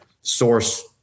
source